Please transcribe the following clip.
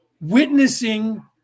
witnessing